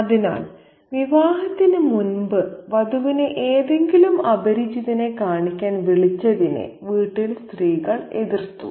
അതിനാൽ വിവാഹത്തിന് മുമ്പ് വധുവിനെ ഏതെങ്കിലും അപരിചിതനെ കാണിക്കാൻ വിളിച്ചതിനെ വീട്ടിലെ സ്ത്രീകൾ എതിർത്തു